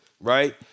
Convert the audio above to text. right